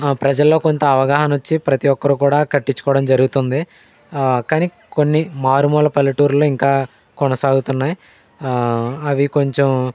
ప్రజల్లో కొంత అవగాహన వచ్చి ప్రతి ఒక్కరు కూడా కట్టించుకోవడం జరుగుతుంది కానీ కొన్ని మారుమూల పల్లెటూర్లలో ఇంకా కొనసాగుతున్నాయి అవి కొంచెం